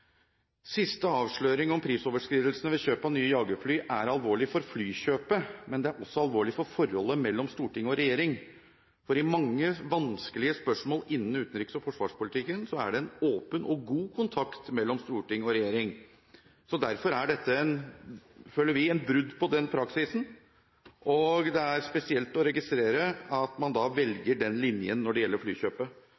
Siste avsløring av prisoverskridelsene ved kjøp av nye jagerfly er alvorlig for flykjøpet, men det er også alvorlig for forholdet mellom storting og regjering. I mange vanskelige spørsmål innen utenriks- og forsvarspolitikken er det en åpen og god kontakt mellom storting og regjering. Derfor er dette, føler vi, et brudd på den praksisen, og det er spesielt å registrere at man